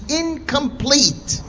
incomplete